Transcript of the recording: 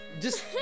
Just-